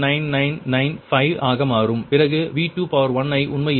9995 ஆக மாறும் பிறகு V21 ஐ உண்மையில் 0